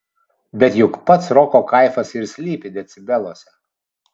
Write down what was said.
bet juk pats roko kaifas ir slypi decibeluose